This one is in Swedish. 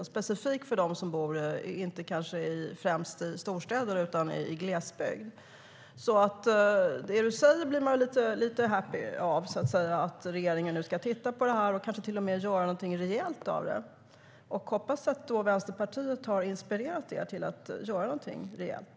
Det gäller specifikt de som inte bor i storstäder utan i glesbygd. Det du säger blir jag lite happy av, att regeringen nu ska titta på det här och kanske till och med göra någonting rejält av det. Jag hoppas då att Vänsterpartiet har inspirerat er till att göra något rejält.